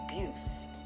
abuse